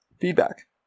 feedback